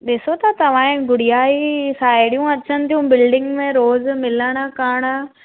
ॾिसो था तव्हां हिन गुड़िया जी साहेड़ियूं अचनि थियूं बिल्डिंग में रोज़ु मिलणु करणु